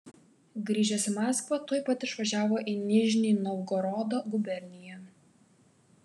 grįžęs į maskvą tuoj pat išvažiavo į nižnij novgorodo guberniją